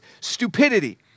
stupidity